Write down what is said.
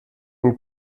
und